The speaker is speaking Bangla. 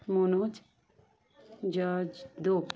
মনোজ জজ দোপ